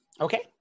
Okay